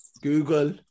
Google